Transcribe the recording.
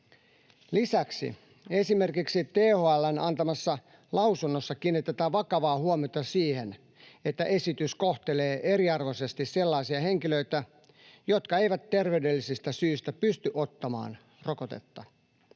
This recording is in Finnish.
Lisäksi esimerkiksi THL:n antamassa lausunnossa kiinnitetään vakavaa huomiota siihen, että esitys kohtelee eriarvoisesti sellaisia henkilöitä, jotka eivät terveydellisistä syistä pysty ottamaan rokotetta.